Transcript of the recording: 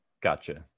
gotcha